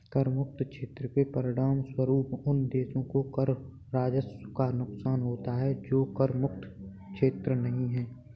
कर मुक्त क्षेत्र के परिणामस्वरूप उन देशों को कर राजस्व का नुकसान होता है जो कर मुक्त क्षेत्र नहीं हैं